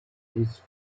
his